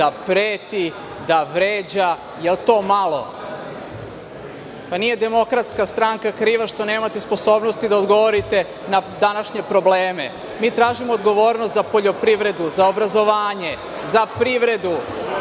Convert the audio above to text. da preti, da vređa. Da li je to malo? Da nije DS kriva što nemate sposobnosti da odgovorite na današnje probleme? Mi tražimo odgovornost za poljoprivredu, za obrazovanje, za privredu.